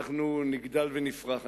אנחנו נגדל ונפרח.